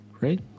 Right